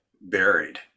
buried